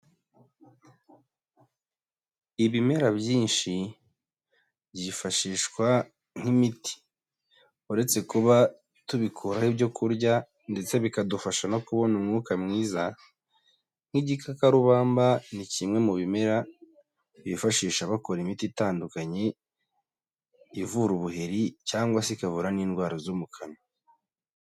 Ibimera byinshi byifashishwa nk'imiti uretse kuba tubikuraho ibyo kurya ndetse bikadufasha no kubona umwuka mwiza, nk'igikakarubamba ni kimwe mu bimera bifashisha bakora imiti itandukanye ivura ubuheri cyangwa se ikavura n'indwara zo mu kanwa.